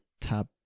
tab